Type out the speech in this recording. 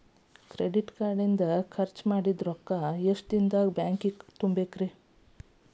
Credit card ಇಂದ್ ಖರ್ಚ್ ಮಾಡಿದ್ ರೊಕ್ಕಾ ಎಷ್ಟ ದಿನದಾಗ್ ಬ್ಯಾಂಕಿಗೆ ತುಂಬೇಕ್ರಿ?